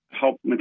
help